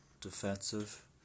defensive